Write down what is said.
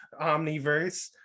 Omniverse